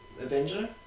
Avenger